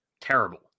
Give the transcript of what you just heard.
terrible